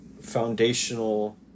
foundational